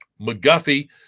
McGuffey